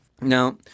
now